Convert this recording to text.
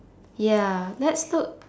ya let's look